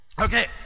Okay